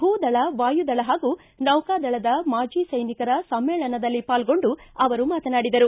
ಭೂದಳ ವಾಯುದಳ ಹಾಗೂ ನೌಕಾದಳದ ಮಾಜಿ ಸೈನಿಕರ ಸಮ್ನೇಳನದಲ್ಲಿ ಪಾಲ್ಗೊಂಡು ಅವರು ಮಾತನಾಡಿದರು